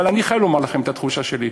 אבל אני חייב לומר לכם את התחושה שלי.